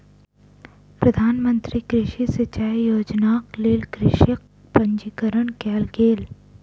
प्रधान मंत्री कृषि सिचाई योजनाक लेल कृषकक पंजीकरण कयल गेल